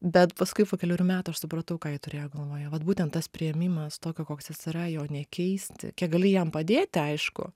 bet paskui po kelerių metų aš supratau ką ji turėjo galvoje vat būtent tas priėmimas tokio koks jis yra jo nekeisti kiek gali jam padėti aišku